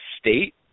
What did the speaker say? State